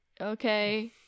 okay